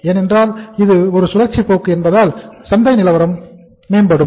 ஏனென்றால் இது ஒரு சுழற்சி போக்கு என்பதால் சந்தை நிலவரம் மேம்படும்